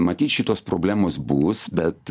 matyt šitos problemos bus bet